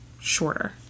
shorter